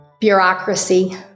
Bureaucracy